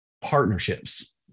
partnerships